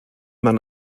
man